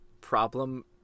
problem